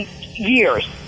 years